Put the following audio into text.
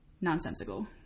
nonsensical